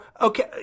okay